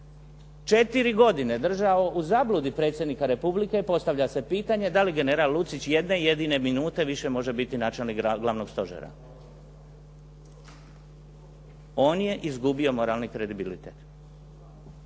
4 godine držao u zabludi Predsjednika Republike, postavlja se pitanje da li general Lucić jedne jedine minute više može biti načelnik Glavnog stožera? On je izgubio moralni kredibilitet.